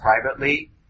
privately